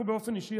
אנחנו באופן אישי,